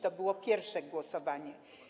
To było pierwsze głosowanie.